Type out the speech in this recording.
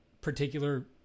particular